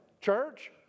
Church